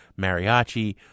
mariachi